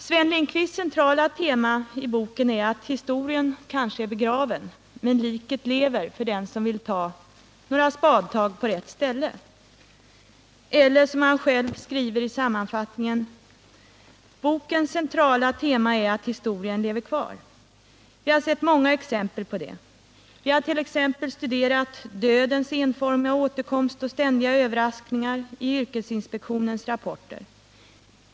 Sven Lindqvists centrala tema i boken är att historien kanske är begraven men att liket lever för den som vill ta några spadtag på rätt ställe — eller, som han själv skriver i sammanfattningen: Bokens centrala tema är att historien lever kvar. Vi har sett många exempel på det. Vi har t.ex. studerat dödens enformiga återkomst och ständiga överraskningar i yrkesinspektionens rapporter.